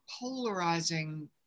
polarizing